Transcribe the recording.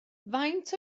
faint